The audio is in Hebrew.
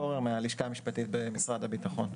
הלשכה המשפטית במשרד הביטחון.